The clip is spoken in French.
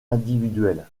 individuel